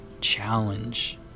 challenge